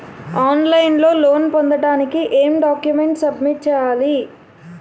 On line లో loan పొందటానికి ఎం డాక్యుమెంట్స్ సబ్మిట్ చేయాలి?